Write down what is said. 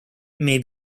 may